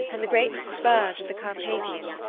and the great spurs of the carpathians,